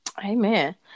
Amen